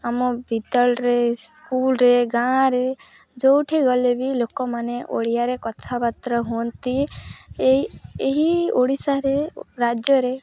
ଆମ ବିଦ୍ୟାଳୟରେ ସ୍କୁଲ୍ରେ ଗାଁରେ ଯେଉଁଠି ଗଲେ ବି ଲୋକମାନେ ଓଡ଼ିଆରେ କଥାବାର୍ତ୍ତା ହୁଅନ୍ତି ଏଇ ଏହି ଓଡ଼ିଶାରେ ରାଜ୍ୟରେ